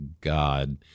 god